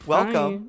Welcome